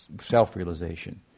self-realization